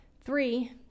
Three